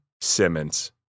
Simmons